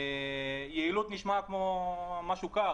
יעילות נשמעת כמו משהו קר,